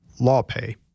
LawPay